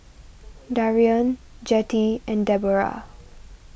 Darrion Jettie and Debroah